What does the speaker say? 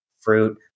fruit